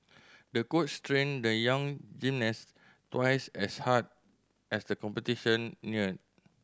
the coach trained the young gymnast twice as hard as the competition neared